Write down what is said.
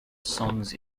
songs